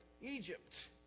Egypt